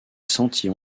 sentiers